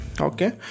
okay